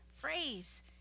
phrase